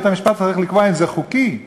בית-המשפט צריך לקבוע אם זה חוקי,